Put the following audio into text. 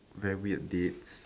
varied dates